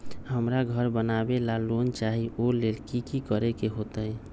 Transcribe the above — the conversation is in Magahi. हमरा घर बनाबे ला लोन चाहि ओ लेल की की करे के होतई?